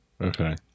Okay